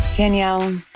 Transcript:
Danielle